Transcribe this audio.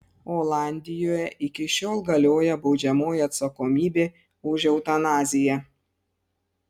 olandijoje iki šiol galioja baudžiamoji atsakomybė už eutanaziją